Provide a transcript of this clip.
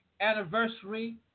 anniversary